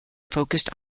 focused